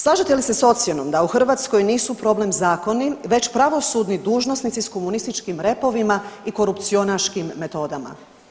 Slažete li se s ocjenom da u Hrvatskoj nisu problem zakoni već pravosudni dužnosnici s komunističkim repovima i korupcionaškim metodama?